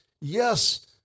Yes